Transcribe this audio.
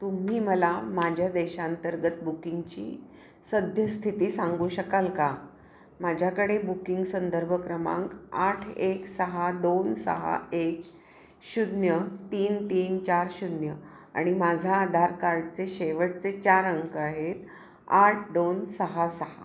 तुम्ही मला माझ्या देशांतर्गत बुकिंगची सद्यस्थिती सांगू शकाल का माझ्याकडे बुकिंग संदर्भ क्रमांक आठ एक सहा दोन सहा एक शून्य तीन तीन चार शून्य आणि माझा आधार कार्डचे शेवटचे चार अंक आहेत आठ दोन सहा सहा